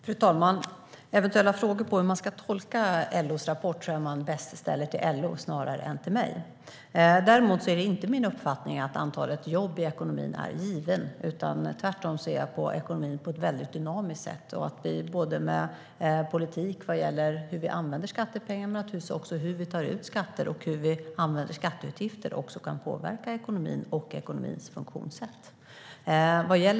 Fru talman! Eventuella frågor om hur man ska tolka LO:s rapport tror jag man bäst ställer till LO, inte till mig. Det är inte min uppfattning att antalet jobb i ekonomin är givet. Tvärtom ser jag på ekonomin som dynamisk och att vi med politik för hur vi tar ut skatter och hur vi använder skattepengar och skatteutgifter kan påverka ekonomin och ekonomins funktionssätt.